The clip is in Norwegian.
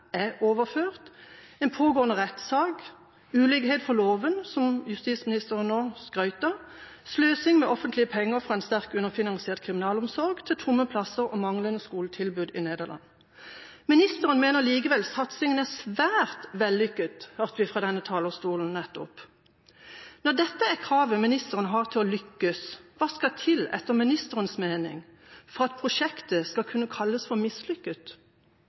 overført, en pågående rettssak, ulikhet for loven – som justisministeren nå skrøt av – sløsing med offentlige penger fra en sterkt underfinansiert kriminalomsorg, tomme plasser og manglende skoletilbud i Nederland. Ministeren mener likevel at satsinga er svært vellykket – som vi nettopp hørte fra denne talerstolen. Når dette er kravet ministeren har for å lykkes, hva skal etter ministerens mening til for at prosjektet skal kunne kalles for mislykket?